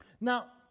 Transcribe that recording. Now